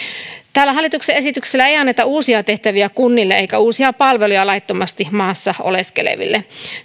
tällä hallituksen esityksellä ei anneta uusia tehtäviä kunnille eikä uusia palveluja laittomasti maassa oleskeleville